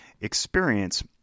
experience